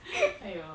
!aiyo!